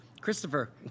Christopher